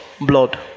blood